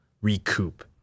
recoup